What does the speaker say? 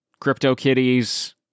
CryptoKitties